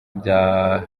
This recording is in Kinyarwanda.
bya